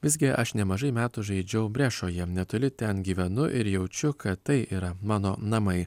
visgi aš nemažai metų žaidžiau brešoje netoli ten gyvenu ir jaučiu kad tai yra mano namai